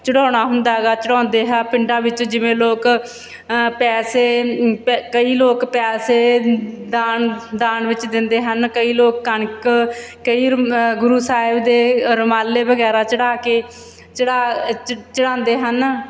ਚੜ੍ਹਾਉਣਾ ਹੁੰਦਾ ਹੈਗਾ ਚੜ੍ਹਾਉਂਦੇ ਆ ਪਿੰਡਾਂ ਵਿੱਚ ਜਿਵੇਂ ਲੋਕ ਪੈਸੇ ਪ ਕਈ ਲੋਕ ਪੈਸੇ ਦਾਨ ਦਾਨ ਵਿੱਚ ਦਿੰਦੇ ਹਨ ਕਈ ਲੋਕ ਕਣਕ ਕਈ ਗੁਰੂ ਸਾਹਿਬ ਦੇ ਰੁਮਾਲੇ ਵਗੈਰਾ ਚੜ੍ਹਾ ਕੇ ਚੜ੍ਹਾ ਚੜ੍ਹਾਉਂਦੇ ਹਨ